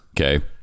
Okay